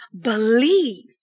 Believe